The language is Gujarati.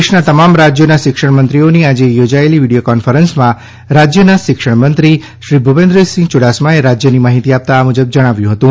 દેશ ના તમામ રાજ્યો ના શિક્ષણ મંત્રીઓ ની આજે યોજાયેલી વિડીયો કોન્ફરન્સ માં રાજ્ય શિક્ષણ મંત્રી શ્રી ભૂપેન્દ્રસિંહ યુડાસમાએ રાજ્ય ની માહિતી આપતા આ મુજબ જણાવ્યુ હતું